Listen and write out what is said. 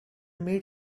meet